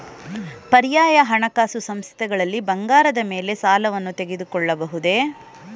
ಪರ್ಯಾಯ ಹಣಕಾಸು ಸಂಸ್ಥೆಗಳಲ್ಲಿ ಬಂಗಾರದ ಮೇಲೆ ಸಾಲವನ್ನು ತೆಗೆದುಕೊಳ್ಳಬಹುದೇ?